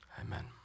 Amen